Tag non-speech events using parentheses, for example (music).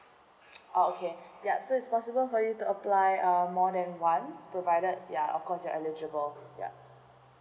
(noise) ah okay ya so is possible for you to apply uh more than once provided ya of course you're eligible ya